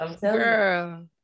girl